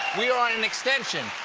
we are an extension.